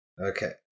Okay